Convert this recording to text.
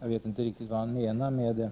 Jag vet inte riktigt vad han menar med det.